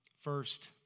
First